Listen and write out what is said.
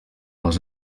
les